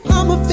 I'ma